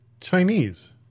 chinese